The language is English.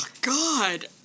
God